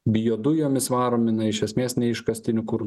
biodujomis varomi na iš esmės neiškastiniu kuru